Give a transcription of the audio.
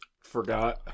forgot